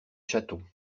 chateau